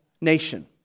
nation